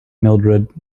mildrid